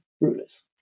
rulers